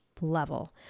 level